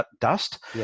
dust